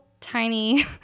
tiny